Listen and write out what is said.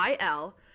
IL